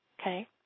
Okay